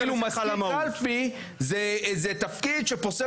כאילו מזכיר קלפי זה איזה תפקיד שפוסל